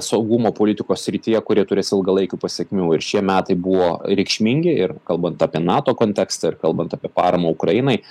saugumo politikos srityje kurie turės ilgalaikių pasekmių ir šie metai buvo reikšmingi ir kalbant apie nato kontekstą ir kalbant apie paramą ukrainai